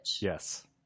Yes